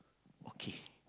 okay